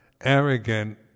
arrogant